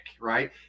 right